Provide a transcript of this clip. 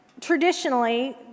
traditionally